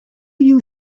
you